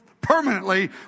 permanently